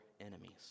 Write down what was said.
enemies